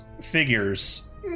figures